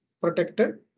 protected